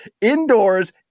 indoors